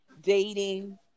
dating